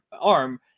arm